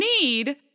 need